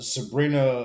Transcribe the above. Sabrina